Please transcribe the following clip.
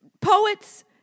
poets